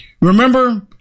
Remember